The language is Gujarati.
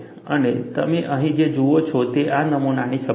અને તમે અહીં જે જુઓ છો તે આ નમૂનાની સપાટી છે